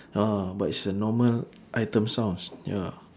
ah but it's a normal item sounds ya